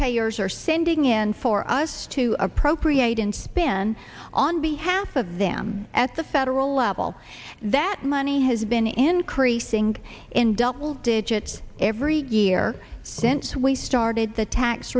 payers are sending in for us to appropriate inspan on behalf of them at the federal level that money has been increasing in double digits every year since we started the tax